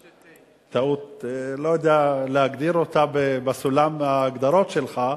טעות, אני לא יודע להגדיר אותה בסולם ההגדרות שלך,